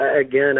Again